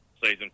Season